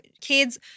kids